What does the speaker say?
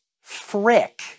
frick